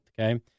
okay